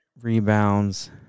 rebounds